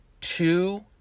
two